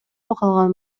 калган